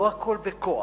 לא הכול בכוח.